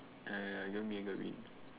ya ya ya i got what you mean i got what you mean